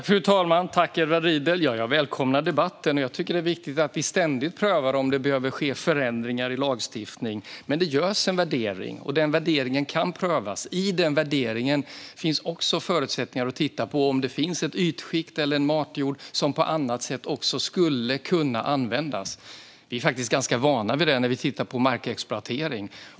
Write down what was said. Fru talman! Jag välkomnar debatten och tycker att det är viktigt att vi ständigt prövar om det behöver ske förändringar i lagstiftning. Det görs en värdering, och värderingen kan prövas. I den värderingen finns också förutsättningar att titta på om det finns ett ytskikt eller en matjord som skulle kunna användas på annat sätt. Vi är faktiskt ganska vana vid att det är så vid markexploatering.